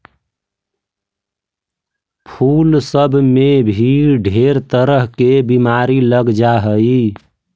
फूल सब में भी ढेर तरह के बीमारी लग जा हई